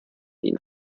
ihnen